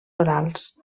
orals